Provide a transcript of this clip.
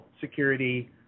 security